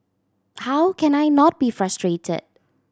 how can I not be frustrated